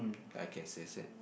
I can sense it